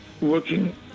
working